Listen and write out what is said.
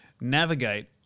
navigate